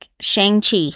Shang-Chi